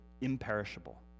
imperishable